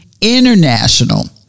international